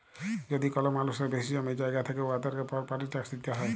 যদি কল মালুসের বেশি জমি জায়গা থ্যাকে উয়াদেরকে পরপার্টি ট্যাকস দিতে হ্যয়